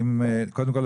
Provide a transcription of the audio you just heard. קודם כל,